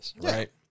right